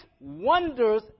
wonders